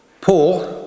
Paul